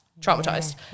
Traumatized